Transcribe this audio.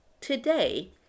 Today